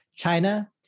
China